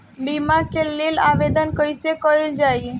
बीमा के लेल आवेदन कैसे कयील जाइ?